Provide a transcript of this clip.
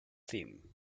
team